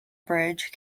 bridge